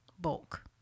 bulk